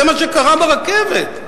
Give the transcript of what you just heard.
זה מה שקרה ברכבת.